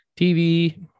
TV